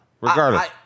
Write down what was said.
regardless